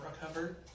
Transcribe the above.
cover